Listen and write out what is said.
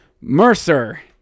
Mercer